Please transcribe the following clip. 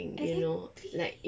exactly